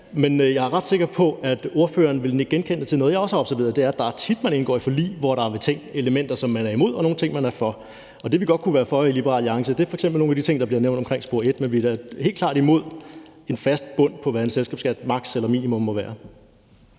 Men jeg er ret sikker på, at spørgeren også vil kunne nikke genkendende til noget, jeg har observeret, og det er, at det er tit, man indgår forlig, hvor der er ting og elementer, som man er imod, og nogle ting, man er for. Det, vi godt kunne være for i Liberal Alliance, er f.eks. nogle af de ting, der bliver nævnt omkring spor et, men vi er da helt klart imod en fast bund for, hvad en selskabsskat som maksimum eller minimum må være.